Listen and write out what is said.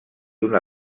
una